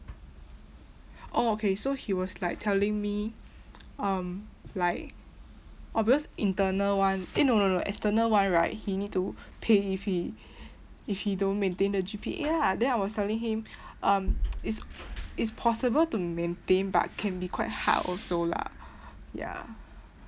oh okay so he was like telling me um like oh because internal one eh no no no external one right he need to pay if he if he don't maintain the G_P_A ah then I was telling him um it's it's possible to maintain but can be quite hard also lah ya